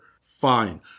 fine